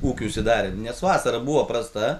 ūkių užsidarė nes vasara buvo prasta